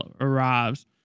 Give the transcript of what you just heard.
arrives